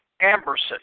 Amberson